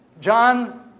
John